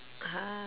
(uh huh)